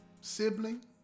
sibling